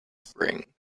spring